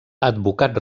advocat